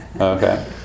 Okay